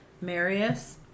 Marius